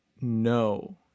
No